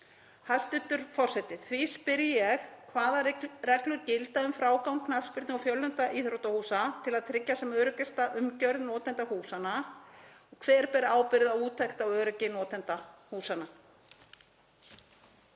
Hæstv. forseti. Því spyr ég: Hvaða reglur gilda um frágang knattspyrnu- og fjölnota íþróttahúsa til að tryggja sem öruggasta umgjörð notenda húsanna og hver ber ábyrgð á úttekt á öryggi notenda húsanna?